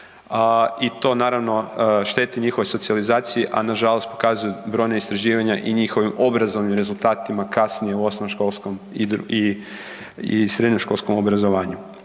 i to naravno šteti njihovoj socijalizaciji, a nažalost pokazuju brojna istraživanja i njihovim obrazovnim rezultatima kasnije u osnovnoškolskom i srednjoškolskom obrazovanju,